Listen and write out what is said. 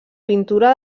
pintura